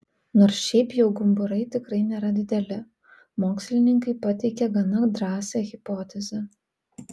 nors šiaip jau gumburai tikrai nėra dideli mokslininkai pateikė gana drąsią hipotezę